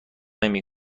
نمی